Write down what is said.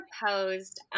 proposed